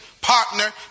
partner